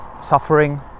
suffering